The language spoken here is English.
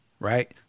Right